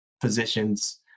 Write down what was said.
positions